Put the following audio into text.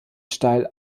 steil